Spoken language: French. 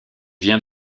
viens